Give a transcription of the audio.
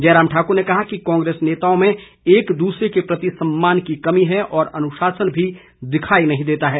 जयराम ठाक्र ने कहा कि कांग्रेस नेताओं में एक दूसरे के प्रति सम्मान की कमी है और अनुशासन भी दिखाई नहीं देता है